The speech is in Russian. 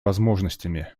возможностями